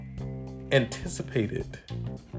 anticipated